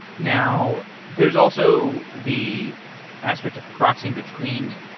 now, there's also the aspect of proxying between,